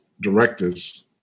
directors